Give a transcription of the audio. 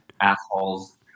Assholes